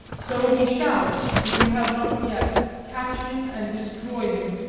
so we shall, if we have not yet catch him and destroy him,